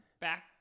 back